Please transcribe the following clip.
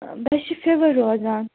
بیٚیہِ چھُ فِوَر روزان